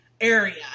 area